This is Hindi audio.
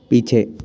पीछे